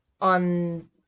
on